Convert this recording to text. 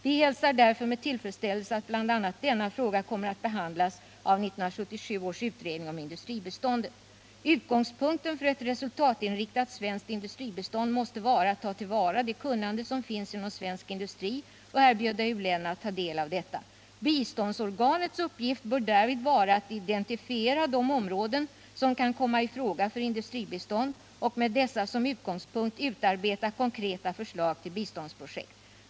Vi hälsar därför med tillfredsställelse att bl.a. denna fråga kommer att behandlas av 1977 års utredning om industribiståndet. Utgångspunkten för ett resultatinriktat svenskt industribistånd måste vara att ta tillvara det kunnande som finns inom svensk industri och erbjuda uländerna att ta del av detta. Biståndsorganets uppgift bör därvid vara att identifiera de områden som kan komma ifråga för industribistånd och med dessa som utgångspunkt utarbeta konkreta förslag till biståndsprojekt.